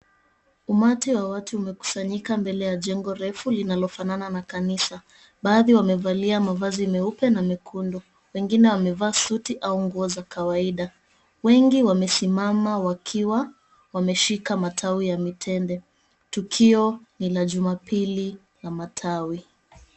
Umati wa watu umekusanyika mbele ya jengo refu lililofanana na kanisa. Baadhi wanavalia mavazi meupe na mekundu. Wengine wamevaa suti au nguo za kawaida. Wengi wamesimama wakiwa wameshika matawi ya mitende. Tukio ni la jumapili ya matawi.